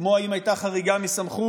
כמו האם הייתה חריגה מסמכות,